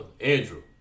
Andrew